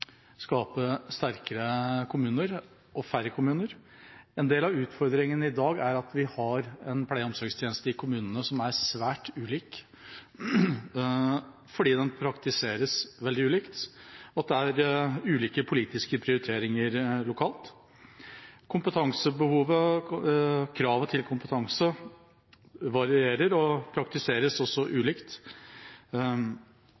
skape sterkere kommuner og færre kommuner. En del av utfordringa i dag er at vi har en pleie- og omsorgstjeneste i kommunene som er svært ulik, fordi den praktiseres veldig ulikt – det er ulike politiske prioriteringer lokalt. Kompetansebehovet og kravet til kompetanse varierer og praktiseres også